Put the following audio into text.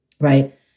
Right